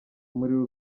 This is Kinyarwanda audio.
umuriro